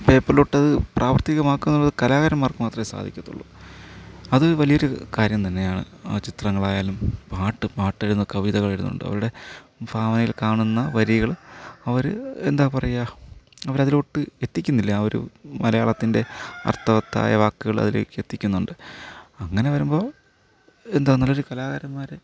പേപ്പറിലോട്ട് അത് പ്രാവർത്തികമാക്കുന്നത് കലാകാരന്മാർക്ക് മാത്രമേ സാധിക്കത്തുള്ളു അത് വലിയ ഒരു കാര്യം തന്നെയാണ് ചിത്രങ്ങൾ ആയാലും പാട്ട് പാട്ട് എഴുതുന്നു കവിതകൾ എഴുതുന്നുണ്ട് അവരുടെ ഭാവനയിൽ കാണുന്ന വരികൾ അവർ എന്താണ് പറയുക അവർ അതിലോട്ട് എത്തിക്കുന്നില്ലേ ആ ഒരു മലയാളത്തിൻ്റെ അർത്ഥവത്തായ വാക്കുകൾ അതിലേക്ക് എത്തിക്കുന്നുണ്ട് അങ്ങനെ വരുമ്പോൾ എന്താണ് നല്ല ഒരു കലാകാരന്മാരെ